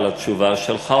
על התשובה שלך,